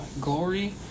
glory